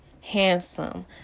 handsome